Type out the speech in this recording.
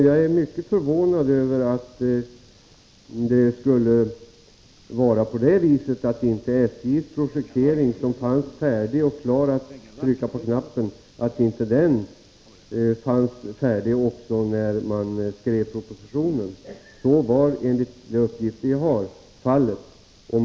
Jag är mycket förvånad över att projekteringen, som då fanns färdig — det var bara att trycka på knappen — inte fanns färdig också när man skrev propositionen. Enligt de uppgifter jag har var detta fallet.